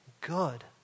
good